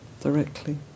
directly